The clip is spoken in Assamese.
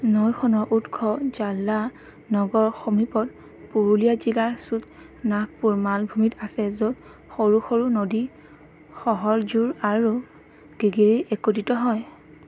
নৈখনৰ উৎস ঝালা নগৰ সমীপত পুৰুলীয়া জিলাৰ চোট নাগপুৰ মালভূমিত আছে য'ত সৰু সৰু নদী সহৰঝোৰ আৰু গিগিৰি একত্ৰিত হয়